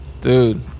Dude